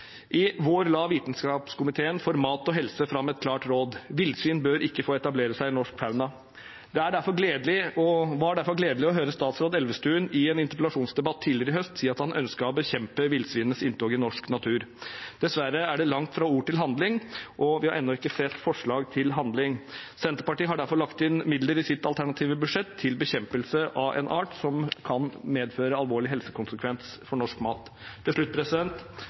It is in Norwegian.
I vår la Vitenskapskomiteen for mat og miljø fram et klart råd: Villsvin bør ikke få etablere seg i norsk fauna. Det var derfor gledelig å høre statsråd Elvestuen i en interpellasjonsdebatt tidligere i høst si at han ønsket å bekjempe villsvinenes inntog i norsk natur. Dessverre er det langt fra ord til handling, og vi har ennå ikke sett forslag til handling. Senterpartiet har derfor lagt inn midler i sitt alternative budsjett til bekjempelse av en art som kan medføre alvorlige konsekvenser for helse og for norsk mat. Til slutt: